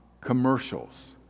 commercials